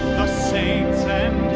saints' and